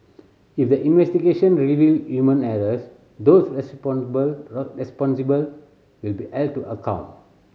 if the investigation reveal human errors those responsible will be to account